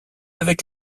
avec